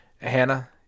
Hannah